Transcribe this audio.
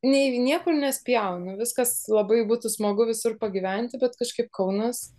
nei niekur nespjaunu viskas labai būtų smagu visur pagyventi bet kažkaip kaunas